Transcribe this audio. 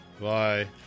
Bye